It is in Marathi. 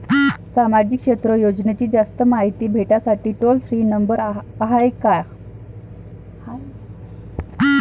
सामाजिक क्षेत्र योजनेची जास्त मायती भेटासाठी टोल फ्री नंबर हाय का?